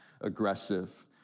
aggressive